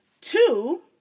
two